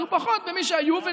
ופחות במי שהיו,